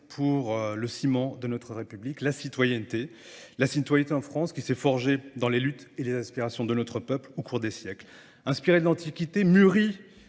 pour le ciment de notre République, la citoyenneté. La citoyenneté en France qui s'est forgée dans les luttes et les aspirations de notre peuple au cours des siècles, inspirée de l'Antiquité, mûrie